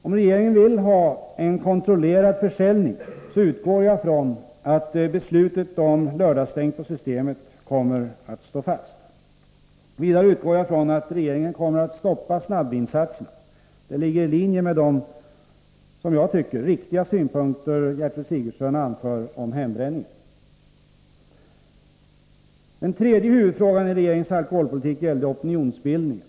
Om regeringen vill ha en kontrollerad försäljning utgår jag från att beslutet om lördagsstängt på Systemet kommer att stå fast. Vidare utgår jag från att regeringen kommer att stoppa försäljningen av snabbvinsatserna. Det ligger i linje med de enligt min mening riktiga synpunkter som Gertrud Sigurdsen anför i fråga om hembränningen. Den tredje huvudfrågan i regeringens alkoholpolitik är opinionsbildningen.